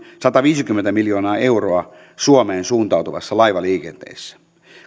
sataviisikymmentä miljoonaa euroa suomeen suuntautuvassa laivaliikenteessä